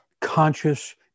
conscious